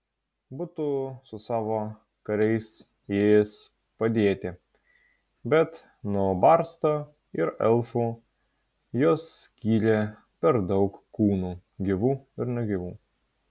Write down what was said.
būtų su savo kariais ėjęs padėti bet nuo barsto ir elfų juos skyrė per daug kūnų gyvų ir negyvų